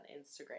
Instagram